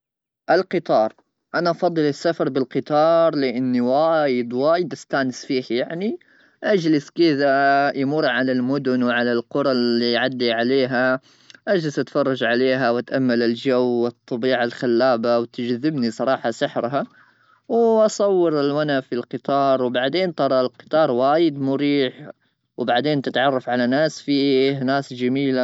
القطار انا افضل السفر بالقطار لاني وايد وايد استانس فيه :يعني اجلس كذا يمر على المدن وعلى القرى اللي يعدي عليها اجلس اتفرج عليها ,وتامل الجو الطبيعه الخلابه ,وتجذبني صراحه سحرها واصور وانا في القطار ,وبعدين ترى القطار وايد مريح ,وبعدين تتعرف على ناس في ناس.